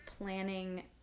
planning